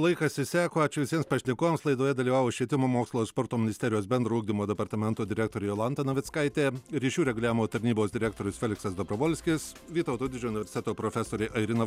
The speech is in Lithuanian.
laikas išseko ačiū visiems pašnekovams laidoje dalyvavo švietimo mokslo ir sporto ministerijos bendro ugdymo departamento direktorė jolanta navickaitė ryšių reguliavimo tarnybos direktorius feliksas dobrovolskis vytauto didžiojo universiteto profesorė airina